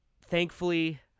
Thankfully